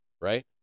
right